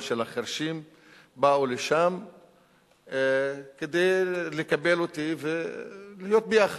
החירשים באו לשם כדי לקבל אותי ולהיות ביחד.